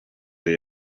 they